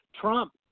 Trump